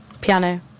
piano